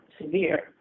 severe